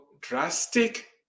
drastic